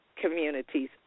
communities